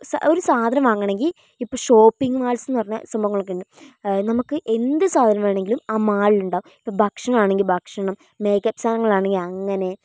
ഒരു സാധനം വാങ്ങണമെങ്കിൽ ഇപ്പോൾ ഷോപ്പിംഗ് മാൾസ് എന്നു പറഞ്ഞ സംഭവങ്ങളൊക്കെ ഉണ്ട് നമ്മൾക്ക് എന്തു സാധനം വേണമെങ്കിലും ആ മാളിൽ ഉണ്ടാകും ഇപ്പോൽ ഭക്ഷണമാണെങ്കിൽ ഭക്ഷണം മേക്കപ്പ് സാധനങ്ങളാണെങ്കിൽ അങ്ങനെ